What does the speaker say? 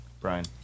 Brian